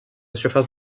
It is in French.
surface